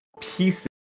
pieces